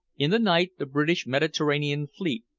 in the night the british mediterranean fleet,